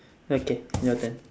okay your turn